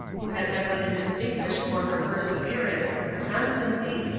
who has ever been distinguished for her perseverance, her constancy,